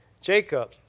Jacob